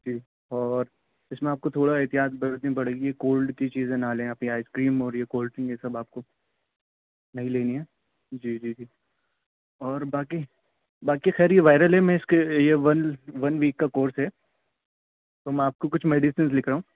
جی اور اس میں آپ کو تھوڑا احتیاط برتنی پڑے گی کولڈ کی چیزیں نہ لیں آپ آئس کریم یہ کولڈ ڈرنگ یہ سب آپ کو نہیں لینی ہیں جی جی جی اور باقی باقی خیر یہ وائرل ہے میں اس کے یہ ون ون ویک کا کورس ہے تو میں آپ کو کچھ میڈسن لکھ رہا ہوں